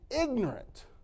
ignorant